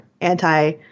anti